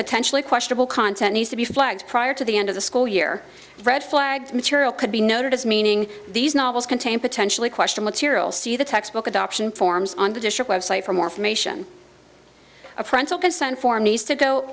potentially questionable content needs to be flagged prior to the end of the school year red flag material could be noted as meaning these novels contain potentially question material see the textbook adoption forms on the dish web site for more information apprentice consent form needs to go